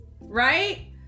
right